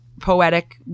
poetic